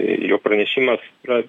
jo pranešimas yra